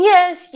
Yes